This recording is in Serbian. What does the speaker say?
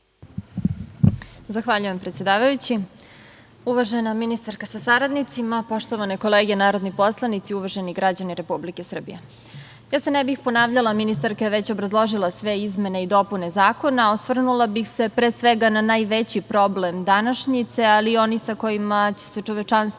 Zahvaljujem, predsedavajući. Uvažena ministarka sa saradnicima, poštovane kolege narodni poslanici i uvaženi građani Republike Srbije, ja se ne bih ponavljala, ministarka je već obrazložila sve izmene i dopune Zakona. Osvrnula bih se pre svega na najveći problem današnjice, ali i onaj sa kojim će se čovečanstvo